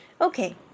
Okay